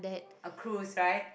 a cruise right